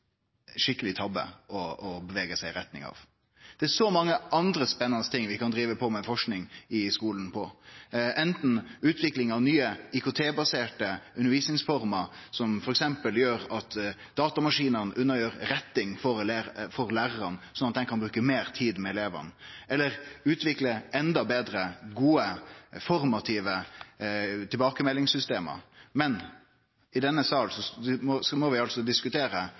så mange andre spennande ting vi kan drive på med i skuleforskinga, som utvikling av nye IKT-baserte undervisningsformer – som f.eks. kan gjere at datamaskinar gjer unna rettinga for lærarane sånn at dei kan bruke meir tid med elevane – eller å utvikle enda betre, gode, formative tilbakemeldingssystem. Men i denne salen må vi altså diskutere om vi